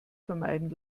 vermeiden